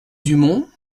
dumont